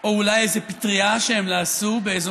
או אולי איזה פטריה שהם לעסו באיזו